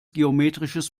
geometrisches